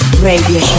Radio